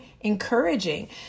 encouraging